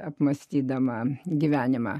apmąstydama gyvenimą